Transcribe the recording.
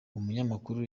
umunyamakuru